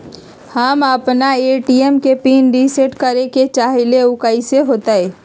हम अपना ए.टी.एम के पिन रिसेट करे के चाहईले उ कईसे होतई?